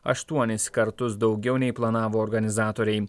aštuonis kartus daugiau nei planavo organizatoriai